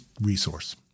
resource